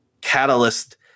catalyst